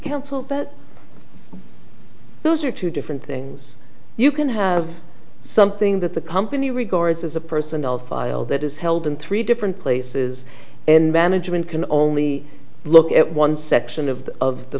counsel that those are two different things you can have something that the company regards as a personnel file that is held in three different places in management can only look at one section of the of the